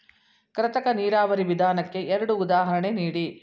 ಕೃತಕ ನೀರಾವರಿ ವಿಧಾನಕ್ಕೆ ಎರಡು ಉದಾಹರಣೆ ನೀಡಿ?